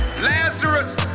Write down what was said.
Lazarus